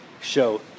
show